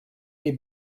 les